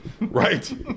Right